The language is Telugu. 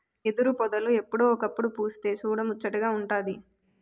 ఎదురుపొదలు ఎప్పుడో ఒకప్పుడు పుస్తె సూడముచ్చటగా వుంటాది